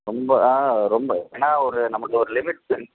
ரொம்ப ரொம்ப ஏன்னால் ஒரு நமக்கு ஒரு லிமிட்ஸ் தெரியும்